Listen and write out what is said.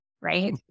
right